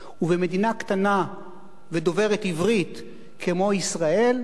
ובמדינה קטנה ודוברת עברית כמו ישראל,